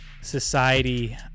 society